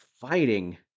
fighting